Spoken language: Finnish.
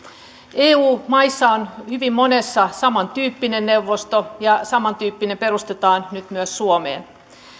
eu maissa on hyvin monessa samantyyppinen neuvosto ja samantyyppinen perustetaan nyt myös suomeen